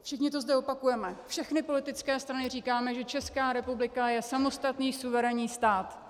Všichni to zde opakujeme, všechny politické strany říkají, že Česká republika je samostatný suverénní stát.